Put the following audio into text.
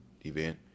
event